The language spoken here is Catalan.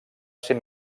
ser